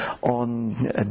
on